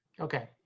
okay